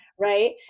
right